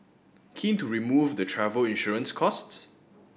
keen to remove the travel insurance costs